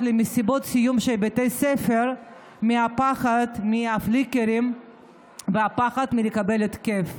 למסיבות סיום של בתי ספר מפחד מהפליקרים ומהפחד לקבל התקף.